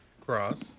cross